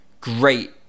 great